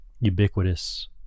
ubiquitous